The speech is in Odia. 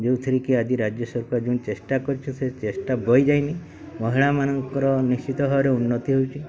ଯେଉଁଥିରେ କି ଆଜି ରାଜ୍ୟ ସରକାର ଯେଉଁ ଚେଷ୍ଟା କରିଛୁ ସେ ଚେଷ୍ଟା ବହିଯାଇନି ମହିଳାମାନଙ୍କର ନିଶ୍ଚିତ ଭାବରେ ଉନ୍ନତି ହେଉଛି